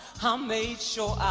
um made sure